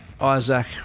Isaac